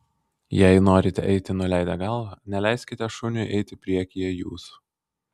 jei norite eiti nuleidę galvą neleiskite šuniui eiti priekyje jūsų